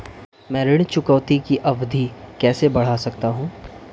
मैं ऋण चुकौती की अवधि कैसे बढ़ा सकता हूं?